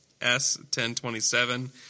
S1027